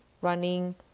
running